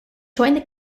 joined